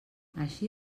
així